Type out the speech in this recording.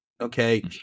Okay